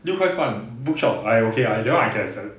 六块半 bookshop I okay lah that one I can accept